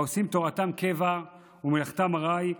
העושים תורתם קבע ומלאכתם עראי,